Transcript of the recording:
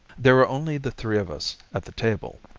there were only the three of us at the table.